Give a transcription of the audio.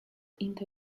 into